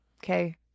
okay